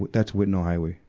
that's whitnall highway.